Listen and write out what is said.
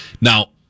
Now